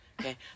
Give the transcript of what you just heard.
Okay